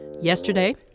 Yesterday